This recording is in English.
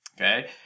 okay